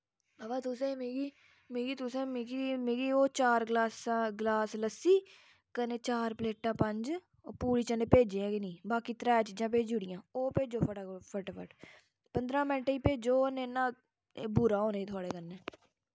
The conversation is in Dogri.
अवा तुसें मिगी मिगी तुसें मिगी मिगी ओह् चार गलास लस्सी कन्नै चार प्लेटां पंज पूड़ी चने भेजेआ गै निं बीकी त्रै चीजां भेजी ओड़ियां ओह् भेजो फटा कोल फटाफट पंदरां मैंट्ट च भेजो नेईं ना बुरा होना ई थोआढ़े कन्नै